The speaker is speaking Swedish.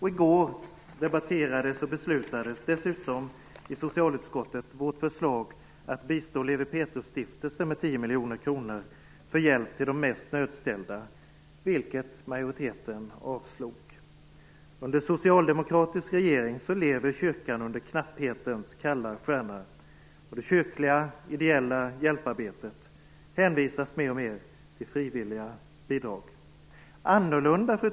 I går debatterades dessutom i socialutskottet vårt förslag att bistå Levi Pethrusstiftelsen med 10 miljoner kronor för hjälp till de mest nödställda, vilket majoriteten avslog. Under den socialdemokratiska regeringen lever kyrkan under knapphetens kalla stjärna. Det kyrkliga ideella hjälparbetet hänvisas mer och mer till frivilliga bidrag. Fru talman!